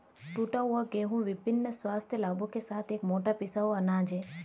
टूटा हुआ गेहूं विभिन्न स्वास्थ्य लाभों के साथ एक मोटा पिसा हुआ अनाज है